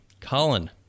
colin